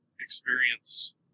experience